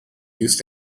used